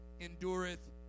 endureth